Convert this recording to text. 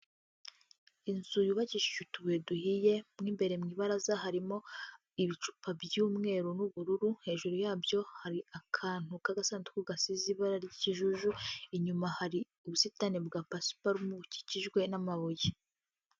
Inzu yubakishije utubuye duhiye mo imbere mu ibaraza harimo ibicupa by'umweru n'ubururu, hejuru yabyo hari akantu k'agasanduku gasize ibara ry'ikijuju, inyuma hari ubusitani bwa pasuparumu bukikijwe n'amabuye.